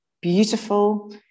beautiful